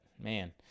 man